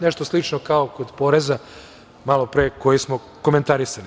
Nešto slično kao kod poreza malopre koji smo komentarisali.